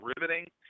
riveting